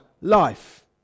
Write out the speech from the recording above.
life